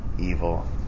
evil